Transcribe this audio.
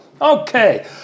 Okay